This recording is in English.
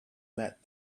met